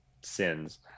sin's